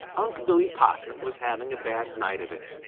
unc' billy possum was having a bad night of it.